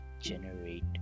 generate